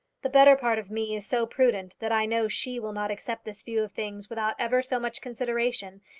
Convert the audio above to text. the better part of me is so prudent, that i know she will not accept this view of things without ever so much consideration,